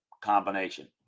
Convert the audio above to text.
combination